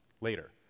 later